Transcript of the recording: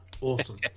awesome